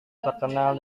terkenal